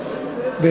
תודה,